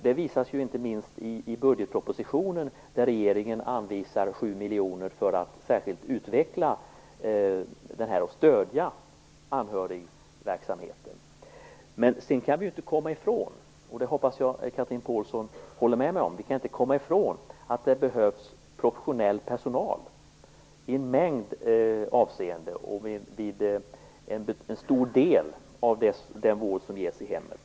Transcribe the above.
Det visar sig inte minst i budgetprospositionen, där regeringen anvisar 7 miljoner för att särskilt utveckla och stödja anhörigverksamheten. Vi kan inte komma ifrån - det hoppas jag att Chatrine Pålsson håller med mig om - att det behövs professionell personal vid en stor del av den vård som ges i hemmet.